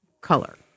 color